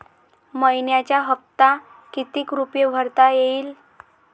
मइन्याचा हप्ता कितीक रुपये भरता येईल?